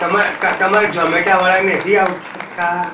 તમાર તમાર ઝોમેટોવાળા નથી આવી શકતા